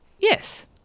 Yes